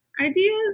ideas